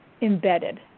embedded